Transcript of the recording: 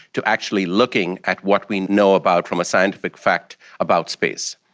to actually looking at what we know about from a scientific fact about space.